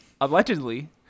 allegedly